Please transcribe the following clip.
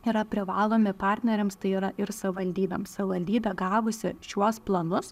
yra privalomi partneriams tai yra ir savivaldybėms savivaldybė gavusi šiuos planus